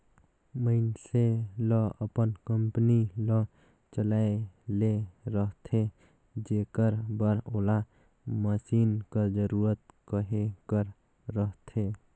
मइनसे ल अपन कंपनी ल चलाए ले रहथे जेकर बर ओला मसीन कर जरूरत कहे कर रहथे